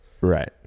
Right